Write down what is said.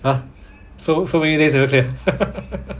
!huh! so so many days already leh